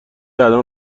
الان